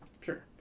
Sure